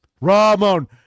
Ramon